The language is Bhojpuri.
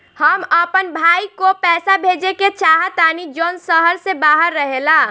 हम अपन भाई को पैसा भेजे के चाहतानी जौन शहर से बाहर रहेला